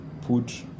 put